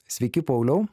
sveiki pauliau